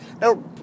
Now